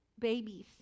babies